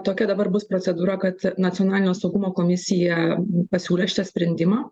tokia dabar bus procedūra kad nacionalinio saugumo komisija pasiūlė šitą sprendimą